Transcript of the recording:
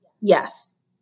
Yes